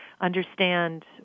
understand